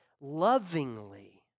lovingly